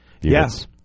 Yes